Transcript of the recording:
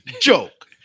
Joke